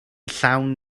llawn